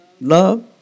Love